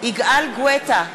יגאל גואטה,